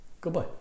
goodbye